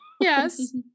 Yes